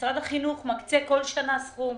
ומשרד החינוך מקצה כל שנה סכום.